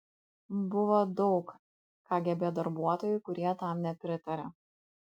buvo daug kgb darbuotojų kurie tam nepritarė